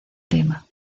tema